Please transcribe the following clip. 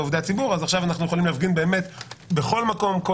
אז באמת כולנו יכולים להפגין בכל מקום כל